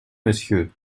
monsieur